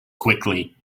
quickly